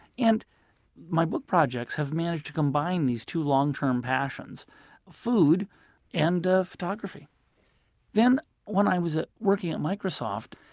and my book projects have managed to combine these two long-term passions food and photography then when i was ah working at microsoft,